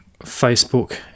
Facebook